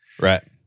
Right